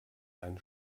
ein